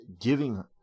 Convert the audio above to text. giving